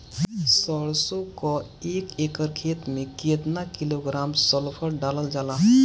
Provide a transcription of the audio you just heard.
सरसों क एक एकड़ खेते में केतना किलोग्राम सल्फर डालल जाला?